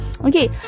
Okay